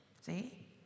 See